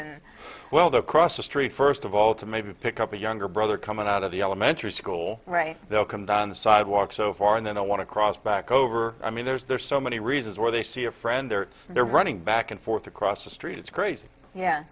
they're cross the street first of all to maybe pick up a younger brother coming out of the elementary school right they'll come down on the sidewalk so far and then they want to cross back over i mean there's so many reasons why they see a friend there they're running back and forth across the street it's crazy yeah